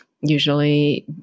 usually